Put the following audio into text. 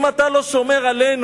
אם אתה לא שומר עלינו,